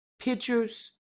pictures